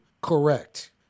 correct